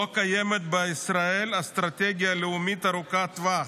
לא קיימת בישראל אסטרטגיה לאומית ארוכת טווח,